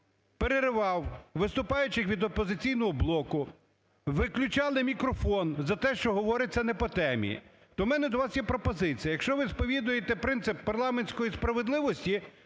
переривав виступаючих від "Опозиційного блоку", виключали мікрофон за те, що говориться не по темі. То у мене до вас є пропозиція. Якщо ви сповідуєте принцип парламентської справедливості,